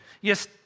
Yes